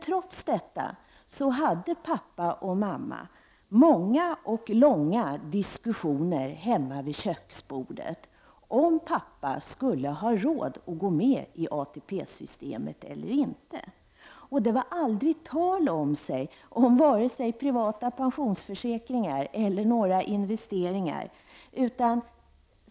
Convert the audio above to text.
Trots detta hade pappa och mamma många och långa diskussioner hemma vid köksbordet om pappa skulle ha råd att gå med i ATP-systemet eller inte. Det var aldrig tal om vare sig privata pensionsförsäkringar eller några investeringar.